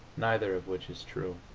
neither of which is true.